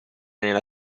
nella